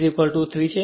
k 3 છે